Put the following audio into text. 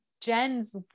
Jen's